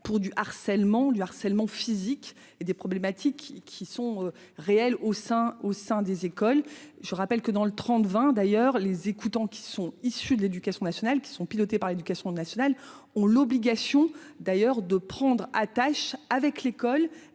pour du harcèlement. Le harcèlement physique et des problématiques qui sont réels au sein, au sein des écoles. Je rappelle que dans le 30 20. D'ailleurs les écoutants, qui sont issus de l'éducation nationale qui sont pilotés par l'éducation nationale ont l'obligation d'ailleurs de prendre attache avec l'école